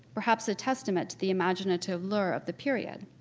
perhaps a testament to the imaginative lure of the period.